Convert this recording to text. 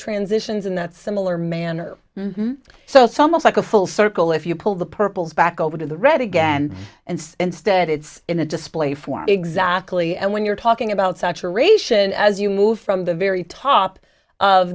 transitions in that similar manner so some of like a full circle if you pull the purples back over to the red again and instead it's in the display for exactly and when you're talking about saturation as you move from the very top of